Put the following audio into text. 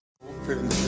open